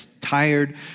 tired